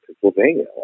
Pennsylvania